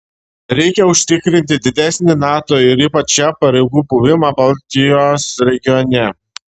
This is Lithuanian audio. reikia užtikrinti didesnį nato ir ypač jav pajėgų buvimą baltijos regione